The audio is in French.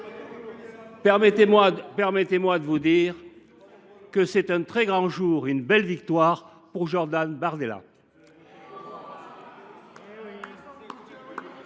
permettez moi de vous dire qu’aujourd’hui est un très grand jour, une belle victoire pour Jordan Bardella.